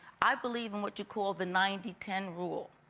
i believe in what you call the ninety ten rule.